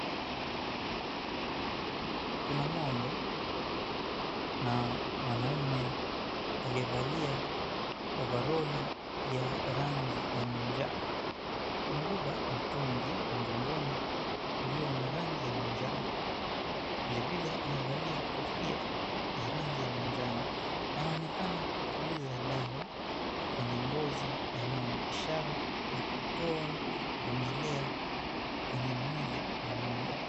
Kuna ng'ombe na mwanaume aliyevalia ovaroli ya rangi ya manjano. Amebeba mtungi mgongoni ulio na rangi ya manjano, vilevile amevalia kofia iliyo na rangi ya manjano. Anaonekana kupuliza dawa kwenye ngozi ya ng'ombe ishara ya kutoa vimelea kwenye mwili wa ng'ombe.